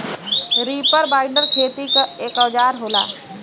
reaper binder खेती क एक औजार होला